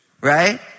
right